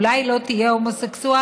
אולי לא תהיה הומוסקסואל,